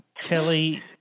Kelly